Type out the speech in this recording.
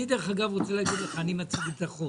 אני רוצה להגיד לך, אני מצדיק את החוק,